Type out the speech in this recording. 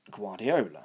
Guardiola